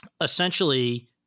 essentially